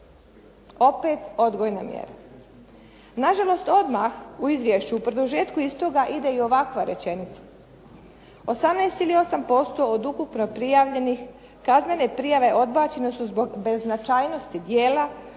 Opet odgojna mjera. Na žalost odmah u Izvješću u produžetku istoga ide i ovakva rečenica: „18 ili 8% od ukupno prijavljenih kaznene prijave odbačene su zbog beznačajnosti djela